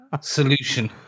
solution